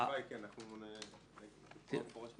התשובה היא כן, אנחנו נתייחס בצורה מפורשת.